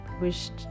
wished